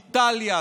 איטליה,